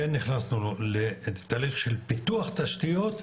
כן נכנסנו לתהליך של פיתוח תשתיות,